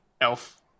elf